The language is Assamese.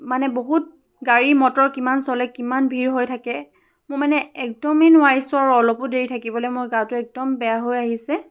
মানে বহুত গাড়ী মটৰ কিমান চলে কিমান ভিৰ হৈ থাকে মোৰ মানে একদমেই নোৱাৰিছোঁ আৰু অলপো দেৰি থাকিবলৈ মোৰ গাটো একদম বেয়া হৈ আহিছে